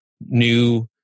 new